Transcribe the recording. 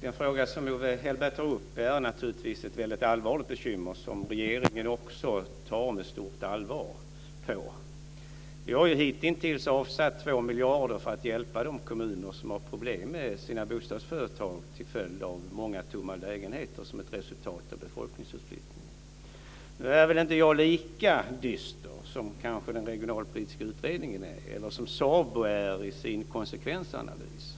Den fråga som Owe Hellberg tar upp är naturligtvis ett väldigt allvarligt bekymmer, som regeringen också tar på stort allvar. Vi har hittills avsatt 2 miljarder för att hjälpa de kommuner som har problem med sina bostadsföretag till följd av många tomma lägenheter, vilka är ett resultat av befolkningsutflyttningen. Nu är jag kanske inte lika dyster som den regionalpolitiska utredningen är, eller som SABO är i sin konsekvensanalys.